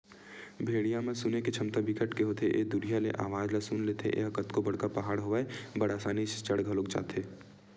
भेड़िया म सुने के छमता बिकट के होथे ए ह दुरिहा ले अवाज ल सुन लेथे, ए ह कतको बड़का पहाड़ होवय बड़ असानी ले चढ़ घलोक जाथे